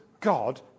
God